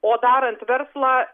o darant verslą